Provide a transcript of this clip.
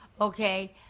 Okay